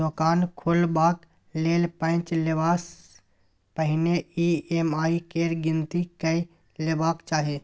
दोकान खोलबाक लेल पैंच लेबासँ पहिने ई.एम.आई केर गिनती कए लेबाक चाही